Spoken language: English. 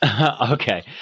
Okay